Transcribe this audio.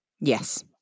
Yes